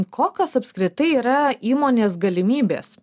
kokios apskritai yra įmonės galimybės